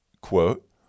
quote